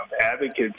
advocates